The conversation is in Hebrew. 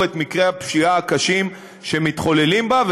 את מקרי הפשיעה הקשים שמתחוללים בה,